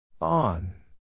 On